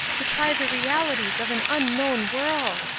to try the realities of an unknown world!